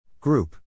Group